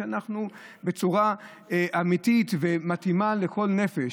בצורה אמיתית ומתאימה לכל נפש.